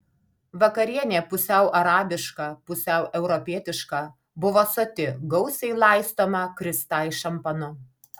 vakarienė pusiau arabiška pusiau europietiška buvo soti gausiai laistoma kristai šampanu